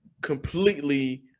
completely